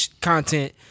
content